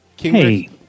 Hey